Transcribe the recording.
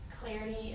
clarity